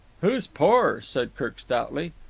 who's poor? said kirk stoutly.